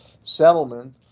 settlement